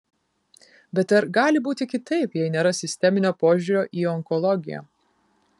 bet ar gali būti kitaip jei nėra sisteminio požiūrio į onkologiją